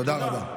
תודה רבה.